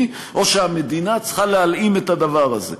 או שהמדינה צריכה להלאים את הדבר הזה.